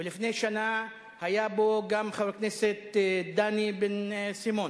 ולפני שנה היה בו גם חבר הכנסת דני בן-סימון.